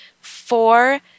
four